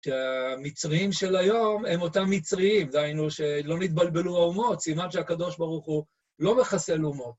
המצרים של היום הם אותם מצריים, זה היינו שלא נתבלבלו אומות, סימן שהקדוש ברוך הוא לא מחסל אומות.